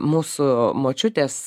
mūsų močiutės